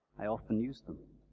i often use them.